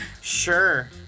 Sure